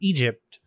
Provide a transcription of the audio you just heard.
Egypt